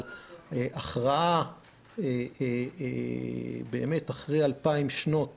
אבל הכרעה אחרי 2,000 שנות